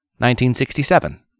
1967